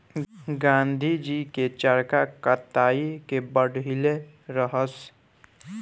गाँधी जी चरखा कताई के बढ़इले रहस